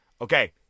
Okay